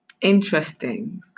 interesting